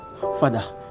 Father